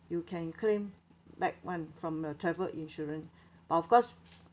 you can claim back [one] from your travel insurance but of course